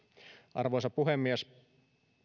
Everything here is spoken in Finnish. arvoisa puhemies